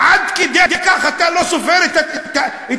עד כדי כך אתה לא סופר את התושבים?